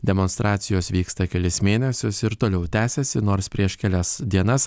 demonstracijos vyksta kelis mėnesius ir toliau tęsiasi nors prieš kelias dienas